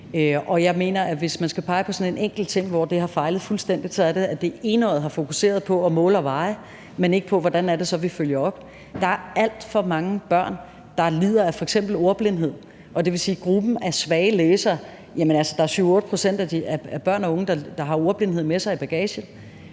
Jeg mener, at hvis man skal pege på et enkelt punkt, hvor det har fejlet fuldstændig, så er det, at det enøjet har fokuseret på at måle og veje, men ikke på, hvordan vi så følger op. Der er alt for mange børn, der f.eks. lider af ordblindhed, og det vil sige, at i gruppen af svage læsere er der 7-8 pct. af børn og unge, der har ordblindhed med i bagagen.